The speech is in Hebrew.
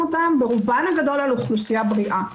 אותן ברובן הגדול על אוכלוסייה בריאה,